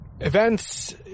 Events